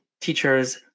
teachers